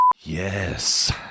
Yes